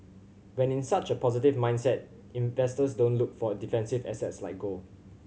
when in such a positive mindset investors don't look for a defensive assets like gold